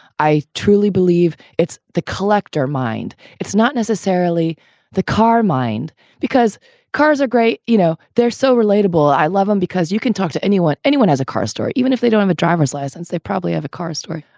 i truly believe it's the collector mind. it's not necessarily the car mind because cars are great. you know, they're so relatable. i love them because you can talk to anyone. anyone has a car store. even if they don't have a driver's license, they probably have a car story.